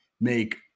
make